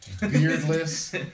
beardless